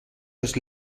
aus